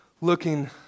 looking